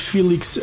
Felix